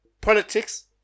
politics